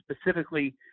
specifically